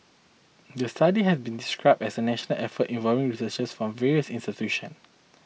the study has been described as a national effort involving researchers from various institutions